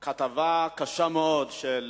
בטלוויזיה כתבה קשה מאוד של